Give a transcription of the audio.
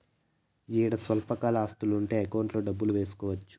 ఈడ స్వల్పకాల ఆస్తులు ఉంటే అకౌంట్లో డబ్బులు వేసుకోవచ్చు